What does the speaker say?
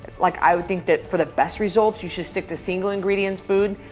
like i would think that for the best results you should stick to single ingredients food.